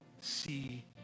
see